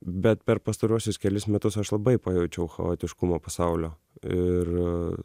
bet per pastaruosius kelis metus aš labai pajaučiau chaotiškumo pasaulio ir